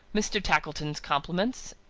mr. tackleton's compliments,